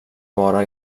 bara